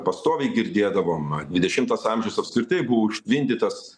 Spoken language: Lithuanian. pastoviai girdėdavom dvidešimtas amžius apskritai buvo užtvindytas